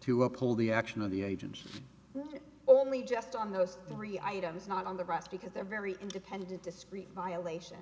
to uphold the action of the agency only just on those three items not on the rest because they're very independent discrete violation